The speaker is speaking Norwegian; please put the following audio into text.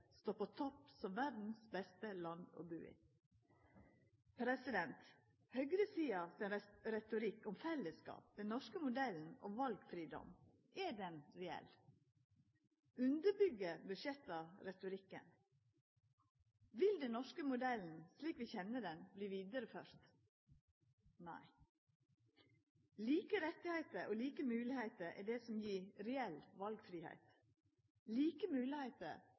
står på topp som verdas beste land å bu i. Høgresida sin retorikk om fellesskap, den norske modellen og valfridom, er han reell? Underbyggjer budsjetta retorikken? Vil den norske modellen, slik vi kjenner han, verta vidareført? Nei, like rettar og like moglegheiter er det som gir reell valfridom. Like